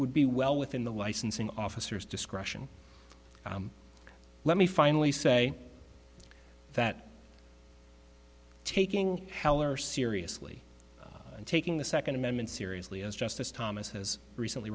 would be well within the licensing officers discretion let me finally say that taking heller seriously and taking the second amendment seriously is justice thomas has recently